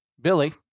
Billy